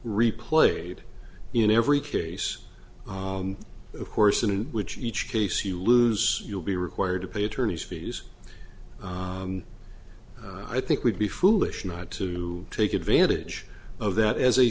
replayed in every case of course in which each case you lose you'll be required to pay attorney's fees i think we'd be foolish not to take advantage of that as a